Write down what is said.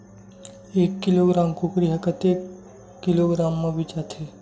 एक किलोग्राम कुकरी ह कतेक किलोग्राम म बेचाथे?